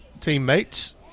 teammates